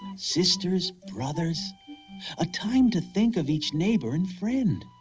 sisters, brothers a time to think of each neighbor and friend.